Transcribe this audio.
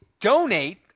donate